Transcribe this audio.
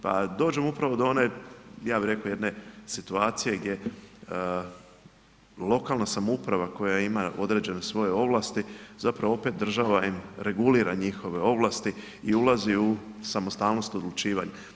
Pa dođemo upravo do one ja bih rekao jedne situacije gdje lokalna samouprava koja ima određene svoje ovlasti zapravo opet država im regulira njihove ovlasti i ulazi u samostalnost odlučivanja.